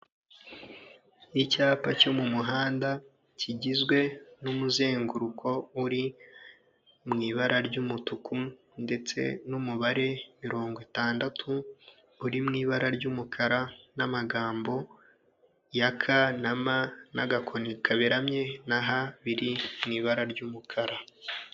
Icyapa cyo mu muhanda, kigizwe n'umuzenguruko uri mu ibara ry'umutuku, ndetse n'umubare mirongo itandatu, uri mu ibara ry'umukara, n'amagambo ya K na M n'agakoni kaberamye na H biri mu ibara ry'umukara.